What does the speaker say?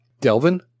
delvin